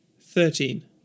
thirteen